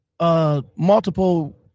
Multiple